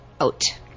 out